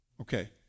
Okay